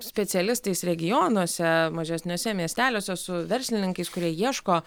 specialistais regionuose mažesniuose miesteliuose su verslininkais kurie ieško